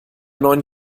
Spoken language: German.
neuen